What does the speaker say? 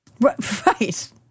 Right